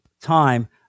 time